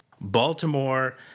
Baltimore